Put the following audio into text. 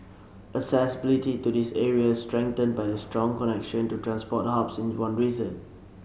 accessibility to these areas strengthened by the strong connection to transport hubs is one reason